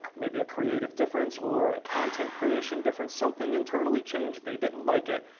maybe a creative difference or a content creation difference. something internally changed, they didn't like it,